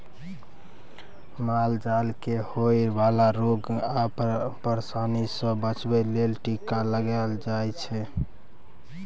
माल जाल केँ होए बला रोग आ परशानी सँ बचाबे लेल टीका लगाएल जाइ छै